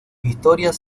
historias